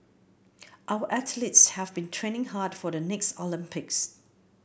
our athletes have been training hard for the next Olympics